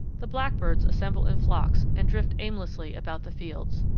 the blackbirds assemble in flocks and drift aimlessly about the fields.